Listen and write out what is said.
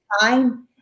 time